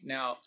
Now